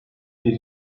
bir